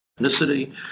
ethnicity